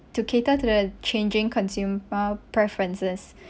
to cater to the changing consumer preferences